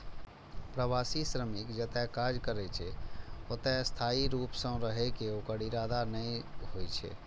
प्रवासी श्रमिक जतय काज करै छै, ओतय स्थायी रूप सं रहै के ओकर इरादा नै होइ छै